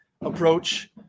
approach